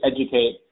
educate